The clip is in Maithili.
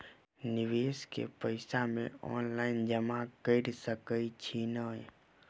निवेश केँ पैसा मे ऑनलाइन जमा कैर सकै छी नै?